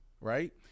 right